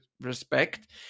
respect